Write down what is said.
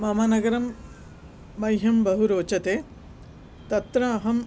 मम नगरम् मह्यं बहु रोचते तत्र अहं